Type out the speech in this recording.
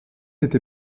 cette